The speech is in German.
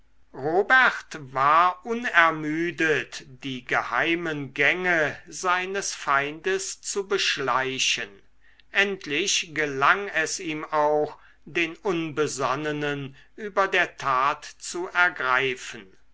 robert war unermüdet die geheimen gänge seines feindes zu beschleichen endlich gelang es ihm auch den unbesonnenen über der tat zu ergreifen